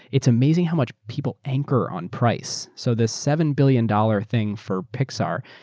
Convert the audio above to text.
it's amazing how much people anchor on price, so the seven billion dollars thing for pixar,